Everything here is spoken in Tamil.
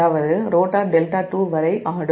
அதாவது ரோட்டார் δ2 வரை ஆடும்